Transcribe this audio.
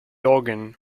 organ